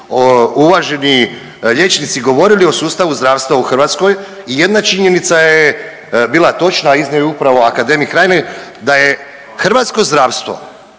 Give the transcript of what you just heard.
uvaženi liječnici govorili o sustavu zdravstva u Hrvatskoj i jedna činjenica je bila točna, a iznio ju je upravo akademik Reiner, da je hrvatsko zdravstvo